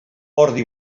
ordi